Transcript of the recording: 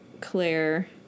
Claire